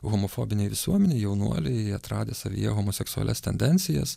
homofobinėj visuomenėj jaunuoliai atradę savyje homoseksualias tendencijas